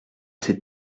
ses